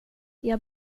jag